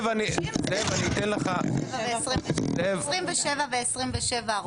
27 ו-27.